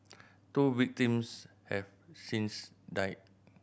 two victims have since died